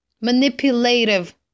manipulative